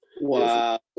wow